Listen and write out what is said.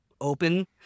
open